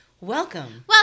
Welcome